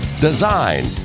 design